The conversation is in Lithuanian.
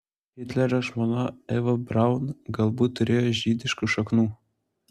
hitlerio žmona eva braun galbūt turėjo žydiškų šaknų